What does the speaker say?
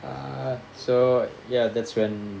so ya that's when